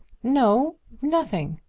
no nothing.